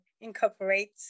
incorporate